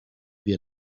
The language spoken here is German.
wir